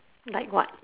like what